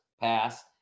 pass